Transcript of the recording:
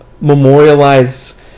memorialize